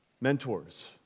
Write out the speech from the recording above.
mentors